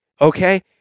okay